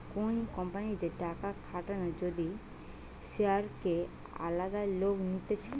কোন কোম্পানিতে টাকা খাটানো যদি শেয়ারকে আলাদা লোক নিতেছে